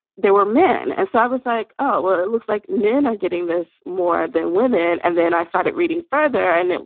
there were men. and so i was like, oh, it looks like. men are getting this more than women. and then i started reading further and,